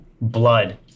blood